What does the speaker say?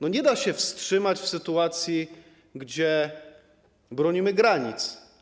No nie da się wstrzymać w sytuacji, gdy bronimy granic.